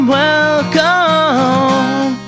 welcome